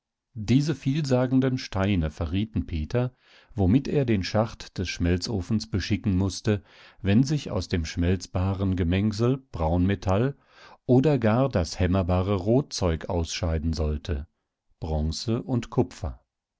diese vielsagenden steine verrieten peter womit er den schacht des schmelzofens beschicken mußte wenn sich aus dem schmelzbaren gemengsel braunmetall oder gar das hämmerbare rotzeug ausscheiden sollte bronze und kupfer